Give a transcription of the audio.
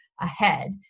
ahead